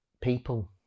people